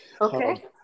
Okay